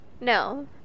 No